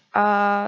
err